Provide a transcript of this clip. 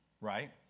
right